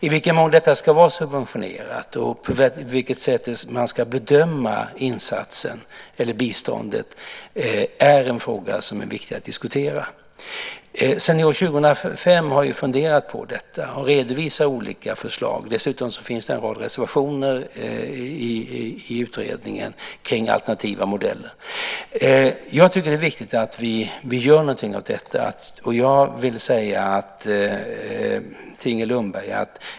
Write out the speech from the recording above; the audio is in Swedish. I vilken mån detta ska vara subventionerat och på vilket sätt man ska bedöma insatsen eller biståndet är en fråga som är viktig att diskutera. Senior 2005 har ju funderat på detta och redovisar olika förslag. Dessutom finns det en rad reservationer i utredningen kring alternativa modeller. Jag tycker att det är viktigt att vi gör någonting åt detta.